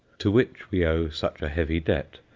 to which we owe such a heavy debt.